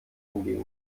entgegen